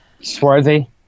Swarthy